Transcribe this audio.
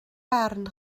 barn